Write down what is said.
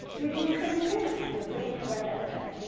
you're being transparent, you're putting it right out there.